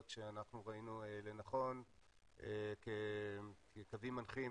שאנחנו ראינו לנכון כקווים מנחים